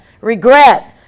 regret